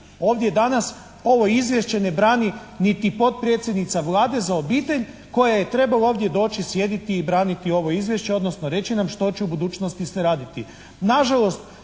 Ovdje danas ovo izvješće ne brani niti potpredsjednica Vlade za obitelj koja je trebala ovdje doći sjediti i braniti ovo izvješće odnosno reći nam što će u budućnosti sve raditi.